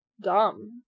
Dumb